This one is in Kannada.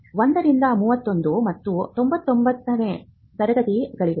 1 ರಿಂದ 31 ಮತ್ತು 99 ನೇ ತರಗತಿಗಳಿವೆ